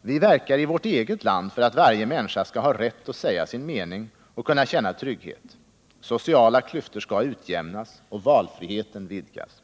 Vi verkar i vårt eget land för att varje människa skall ha rätt att säga sin mening och kunna känna trygghet. Sociala klyftor skall utjämnas och valfriheten vidgas.